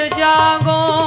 jago